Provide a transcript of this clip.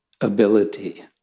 Ability